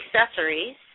accessories